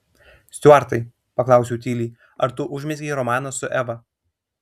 stiuartai paklausiau tyliai ar tu užmezgei romaną su eva